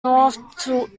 north